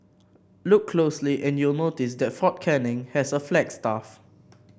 look closely and you'll notice that Fort Canning has a flagstaff